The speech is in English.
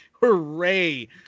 Hooray